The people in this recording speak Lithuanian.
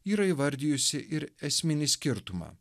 yra įvardijusi ir esminį skirtumą